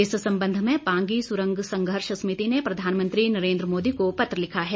इस संबंध में पांगी सुरंग संघर्ष समिति ने प्रधानमंत्री नरेन्द्र मोदी को पत्र लिखा है